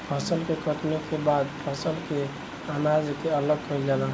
फसल के कटनी के बाद फसल से अनाज के अलग कईल जाला